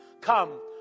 Come